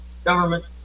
Government